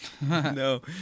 No